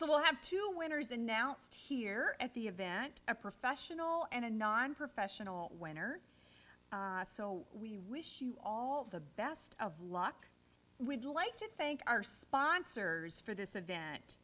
so we'll have two winners announced here at the event a professional and a nonprofessional winner so we wish you all the best of luck would like to thank our sponsors for this event